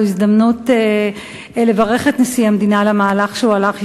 זו הזדמנות לברך את נשיא המדינה על המהלך שהוא הלך בו,